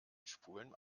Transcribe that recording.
spulen